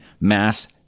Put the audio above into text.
math